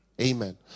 Amen